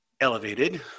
elevated